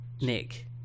Nick